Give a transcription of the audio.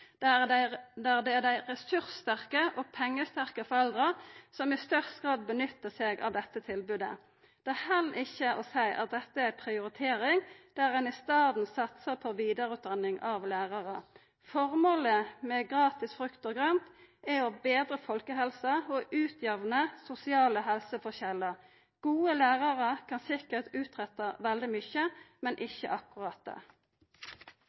der det er dei ressurssterke og pengesterke foreldra som i størst grad nyttar seg av dette tilbodet. Det held ikkje å seia at dette er ei prioritering, der ein i staden satsar på vidareutdanning av lærarar. Formålet med gratis frukt og grønt er å betra folkehelsa og å jamna ut sosiale helseforskjellar. Gode lærarar kan sikkert utretta veldig mykje, men